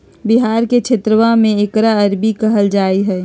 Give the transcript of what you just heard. बिहार के क्षेत्रवा में एकरा अरबी कहल जाहई